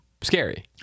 scary